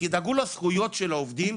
תדאגו לזכויות של העובדים,